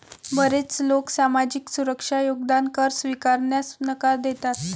बरेच लोक सामाजिक सुरक्षा योगदान कर स्वीकारण्यास नकार देतात